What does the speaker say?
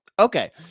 Okay